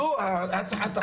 זאת הצעת החוק.